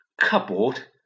cupboard